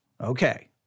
Okay